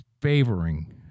favoring